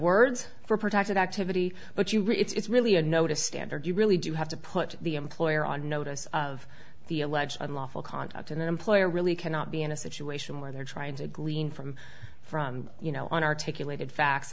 words for protected activity but you really it's really a no to standard you really do have to put the employer on notice of the alleged unlawful conduct an employer really cannot be in a situation where they're trying to glean from from you know on articulated facts